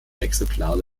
exemplare